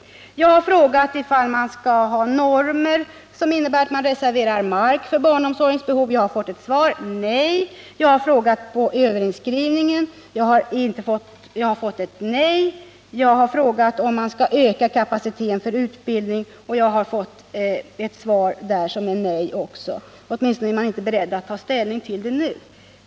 Jag har frågat ifall vi skall få normer som innebär att man reserverar mark för barnomsorgens behov. Jag har fått svar: Nej. Jag har frågat om överinskriv Nr 50 ningen skall slopas och fått nej. Jag har frågat om kapaciteten för utbildning av förskollärare kommer att ökas, och jag har också där fått ett svar som är nej —- åtminstone är regeringen inte beredd att ta ställning nu.